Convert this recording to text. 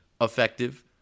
effective